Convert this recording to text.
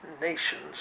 nations